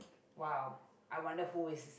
(wow) I wonder who is